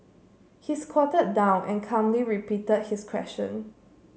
he squatted down and calmly repeated his question